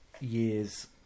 year's